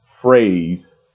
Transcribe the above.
phrase